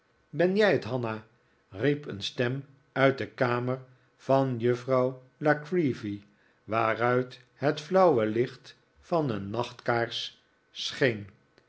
ben jij het hanna riep een stem uit de kamer van juffrouw la creevy waaruit het flauwe licht van een